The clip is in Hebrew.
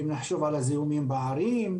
ואם נחשוב על הזיהומים בערים,